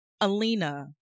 Alina